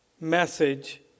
message